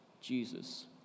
Jesus